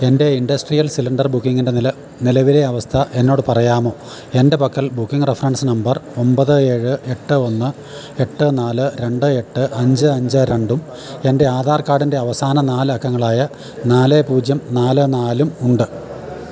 എൻ്റെ industrial cylinder ബുക്കിംഗിൻ്റെ നിലവിലെ അവസ്ഥ എന്നോട് പറയാമോ എൻ്റെ പക്കൽ ബുക്കിംഗ് റഫറൻസ് നമ്പർ ഒമ്പത് ഏഴ് എട്ട് ഒന്ന് എട്ട് നാല് രണ്ട് എട്ട് അഞ്ച് അഞ്ച് രണ്ടും എൻ്റെ ആധാർ കാർഡിൻ്റെ അവസാന നാലക്കങ്ങളായ നാല് പൂജ്യം നാല് നാലുമുണ്ട്